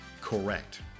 Correct